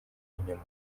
inyuma